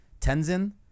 Tenzin